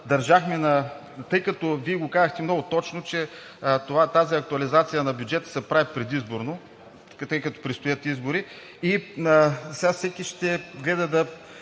общата комисия. Вие го казахте много точно, че тази актуализация на бюджета се прави предизборно – тъй като предстоят избори и сега всеки ще гледа да